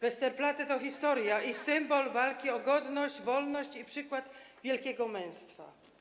Westerplatte to historia, symbol walki o godność, wolność i przykład wielkiego męstwa.